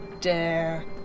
Dare